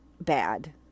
bad